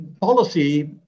policy